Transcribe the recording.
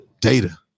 data